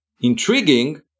intriguing